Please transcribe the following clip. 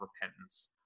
repentance